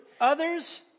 others